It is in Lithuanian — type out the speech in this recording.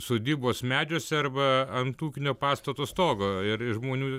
sodybos medžiuose arba ant ūkinio pastato stogo ir ir žmonių